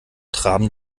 traben